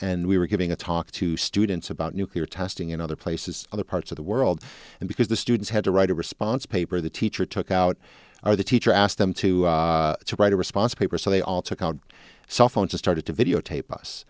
and we were giving a talk to students about nuclear testing in other places other parts of the world and because the students had to write a response paper the teacher took out or the teacher asked them to write a response paper so they all took out cell phones and started to videotape us